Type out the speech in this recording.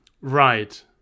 Right